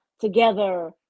together